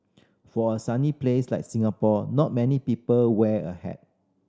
for a sunny place like Singapore not many people wear a hat